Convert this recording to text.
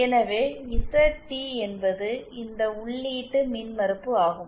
எனவே Z D என்பது இந்த உள்ளீட்டு மின்மறுப்பு ஆகும்